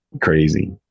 Crazy